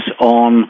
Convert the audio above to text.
on